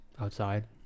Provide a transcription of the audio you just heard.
Outside